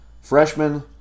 Freshman